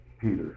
Peter